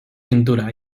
pintura